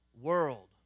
world